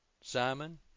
Simon